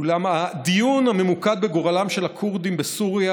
אולם הדיון הממוקד בגורלם של הכורדים בסוריה